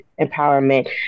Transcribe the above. empowerment